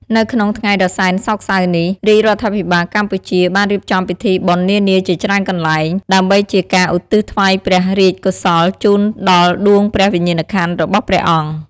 នៅក្នុងថ្ងៃដ៏សែនសោកសៅនេះ រាជរដ្ឋាភិបាលកម្ពុជាបានរៀបចំពិធីបុណ្យនានាជាច្រើនកន្លែង ដើម្បីជាការឧទ្ទិសថ្វាយព្រះរាជកុសលជូនដល់ដួងព្រះវិញ្ញាណក្ខន្ធរបស់ព្រះអង្គ។